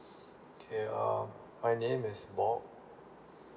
okay um my name is bob